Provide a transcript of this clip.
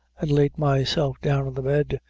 and laid myself down on the bed,